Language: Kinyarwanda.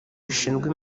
rishinzwe